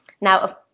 Now